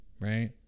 right